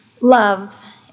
Love